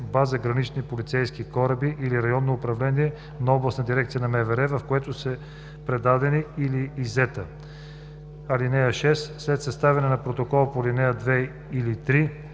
база гранично-полицейски кораби или районно управление на областна дирекция на МВР, в което е предадена или иззета. (6) След съставяне на протокола по ал. 2 или 3